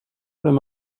wenn